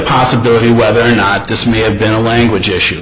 possibility whether or not this may have been a language issue